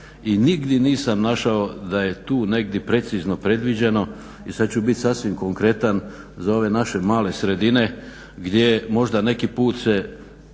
i nigdje nisam našao da je tu negdje precizno predviđeno i sad ću bit sasvim konkretan, za ove naše male sredine gdje možda neki put se